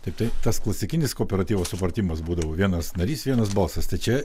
tiktai tas klasikinis kooperatyvo supratimas būdavo vienas narys vienas balsas tačiau